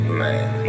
man